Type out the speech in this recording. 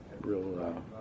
real